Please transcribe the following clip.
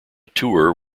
tour